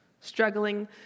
struggling